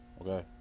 okay